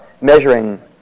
measuring